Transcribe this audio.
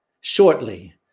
shortly